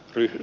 ryhdyn